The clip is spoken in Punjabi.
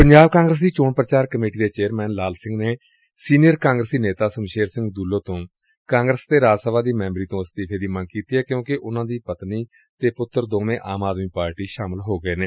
ਪੰਜਾਬ ਕਾਂਗਰਸ ਦੀ ਚੋਣ ਪ੍ਰਚਾਰ ਕਮੇਟੀ ਦੇ ਚੇਅਰਮੈਨ ਲਾਲ ਸਿੰਘ ਨੇ ਸੀਨੀਅਰ ਕਾਂਗਰਸੀ ਨੇਤਾ ਸਮਸ਼ੇਰ ਸਿੰਘ ਦੁਲੋ ਤੋ ਕਾਂਗਰਸ ਅਤੇ ਰਾਜ ਸਭਾ ਦੀ ਮੈਬਰੀ ਤੋ ਅਸਤੀਫ਼ੇ ਦੀ ਮੰਗ ਕੀਤੀ ਏ ਕਿਊਕਿ ਉਨੂਾ ਦੀ ਪਤਨੀ ੱਅਤੇ ਪੁੱਤਰ ਦੋਵੇਂ ਆਮ ਆਦਮੀ ਪਾਰਟੀ ਚ ਸ਼ਾਮਲ ਹੋ ਗਏ ਨੇ